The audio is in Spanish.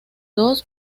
dos